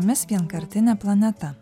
jumis vienkartinė planeta